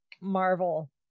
Marvel